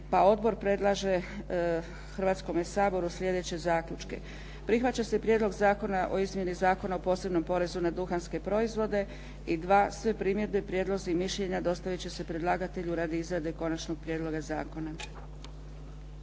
pa odbor predlaže Hrvatskome saboru sljedeće zaključke. Prihvaća se Prijedlog zakona o izmjeni Zakona o posebnom porezu na duhanske proizvode. I 2, Sve primjedbe prijedlozi i mišljenja dostaviti će se predlagatelju radi izrade konačnog prijedloga zakona.